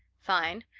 fine.